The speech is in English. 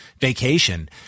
vacation